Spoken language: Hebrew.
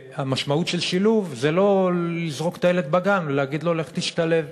המשמעות של שילוב זה לא לזרוק את הילד בגן ולהגיד לו: לך תשתלב,